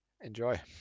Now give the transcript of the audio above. Enjoy